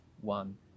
one